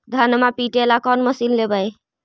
धनमा पिटेला कौन मशीन लैबै?